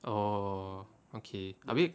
orh okay I mea~